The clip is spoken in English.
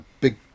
big